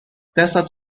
دستت